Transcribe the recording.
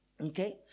Okay